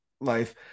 life